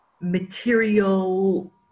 material